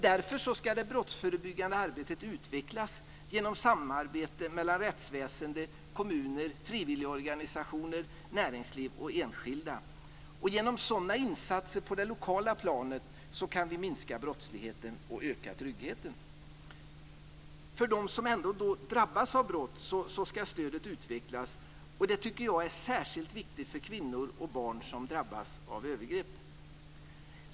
Därför ska det brottsförebyggande arbetet utvecklas genom samarbete mellan rättsväsende, kommuner, frivilligorganisationer, näringsliv och enskilda. Genom sådana insatser på det lokala planet kan vi minska brottsligheten och öka tryggheten. För dem som ändå drabbas av brott ska stödet utvecklas, och det tycker jag är särskilt viktigt för kvinnor och barn som drabbas av övergrepp.